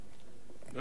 ללא צו שופט,